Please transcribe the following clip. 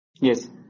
Yes